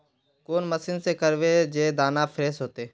कौन मशीन से करबे जे दाना फ्रेस होते?